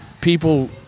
people